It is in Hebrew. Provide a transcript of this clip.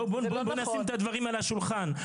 בואו נשים את הדברים על השולחן.